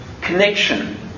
connection